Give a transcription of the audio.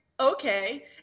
okay